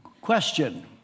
Question